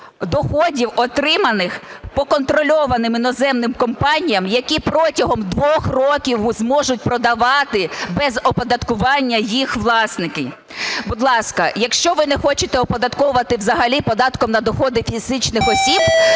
доходів отриманих по контрольованим іноземним компаніям, які протягом 2 років зможуть подавати без оподаткування їх власники. Будь ласка, якщо ви не хочете оподатковувати взагалі податком на доходи фізичних осіб,